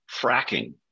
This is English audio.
fracking